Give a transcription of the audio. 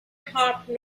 hopped